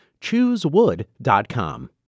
Choosewood.com